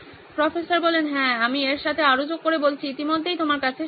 professor হ্যাঁ আমি এর সাথে আরও যোগ করে বলছি ইতিমধ্যেই তোমার কাছে সেটা আছে